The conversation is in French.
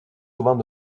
souvent